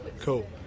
Cool